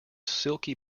silky